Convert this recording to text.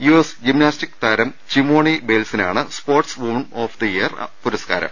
US gymnastic താരം ചിമോണി ബെയി ൽസിനാണ് sports woman of the year പുരസ്കാരം